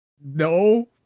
no